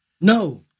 No